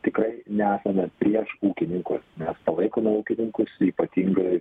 tikrai neesame prieš ūkininkus mes palaikome ūkininkus ypatingai